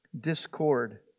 discord